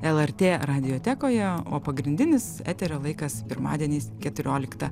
lrt radiotekoje o pagrindinis eterio laikas pirmadieniais keturioliktą